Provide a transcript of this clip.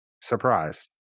surprised